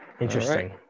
interesting